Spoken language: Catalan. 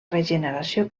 regeneració